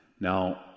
Now